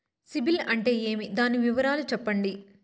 సిబిల్ అంటే ఏమి? దాని వివరాలు సెప్పండి?